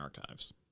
archives